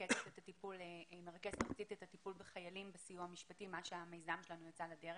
מרכזת ארצית את הטיפול בחיילים בסיוע המשפטי מאז המיזם שלנו יצא לדרך.